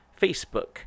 Facebook